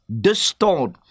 distort